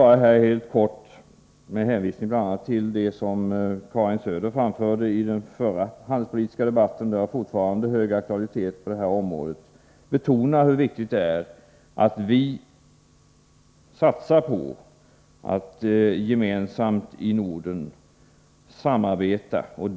Jag vill helt kort, med hänvisning bl.a. till det som Karin Söder framförde i den förra handelspolitiska debatten och som fortfarande har hög aktualitet i detta sammanhang, betona hur viktigt det är att vi satsar på samarbete i Norden.